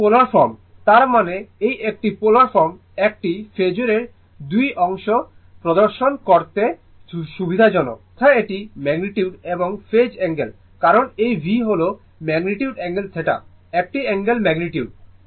সেই polar form তার মানে এই একটি পোলার ফর্ম একটি ফেজোরের 2 অংশ প্রদর্শন করতে সুবিধাজনক যথা এটি ম্যাগনিটিউড এবং ফেজ অ্যাঙ্গেল কারণ এই v হল ম্যাগনিটিউড অ্যাঙ্গেল θ একটি অ্যাঙ্গেল ম্যাগনিটিউড